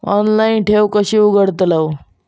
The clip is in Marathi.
ऑनलाइन ठेव कशी उघडतलाव?